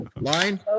line